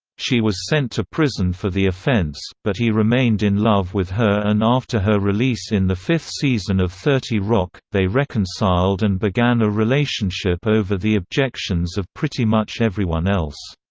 she was sent to prison for the offense, but he remained in love with her and after her release in the fifth season of thirty rock, they reconciled and began a relationship over the objections of pretty much everyone else.